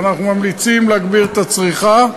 אנחנו ממליצים להגביר את הצריכה.